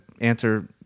answer